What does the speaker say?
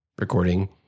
recording